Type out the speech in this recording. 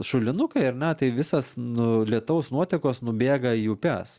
šulinukai ar ne tai visas nu lietaus nuotekos nubėga į upes